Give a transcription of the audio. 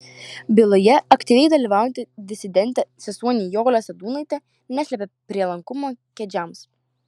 byloje aktyviai dalyvaujanti disidentė sesuo nijolė sadūnaitė neslepia prielankumo kedžiams